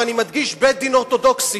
ואני מדגיש: בית-דין אורתודוקסי.